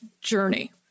Journey